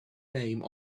name